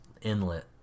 inlet